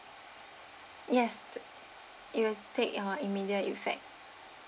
yes it will take your immediate effect